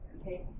Okay